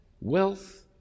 wealth